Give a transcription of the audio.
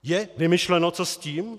Je vymyšleno, co s tím?